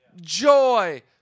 joy